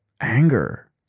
anger